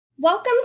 Welcome